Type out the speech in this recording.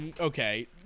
Okay